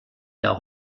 der